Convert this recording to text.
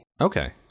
Okay